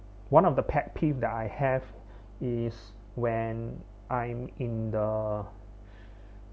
one of the pet peeve that I have is when I'm in the